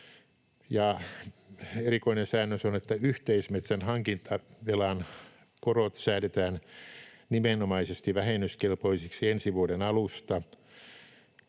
erikoinen säännös on, että yhteismetsän hankintavelan korot säädetään nimenomaisesti vähennyskelpoisiksi ensi vuoden alusta.